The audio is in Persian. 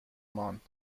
ماند